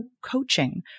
coaching